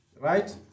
right